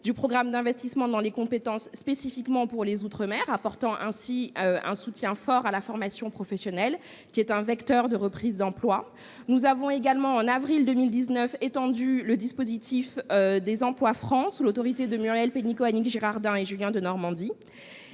du programme d'investissement dans les compétences spécifiquement pour les outre-mer, apportant ainsi un soutien fort à la formation professionnelle, qui est un vecteur de reprise d'emploi. Nous avons également, en avril 2019, étendu le dispositif des emplois francs sous l'autorité de Muriel Pénicaud, d'Annick Girardin et de Julien Denormandie.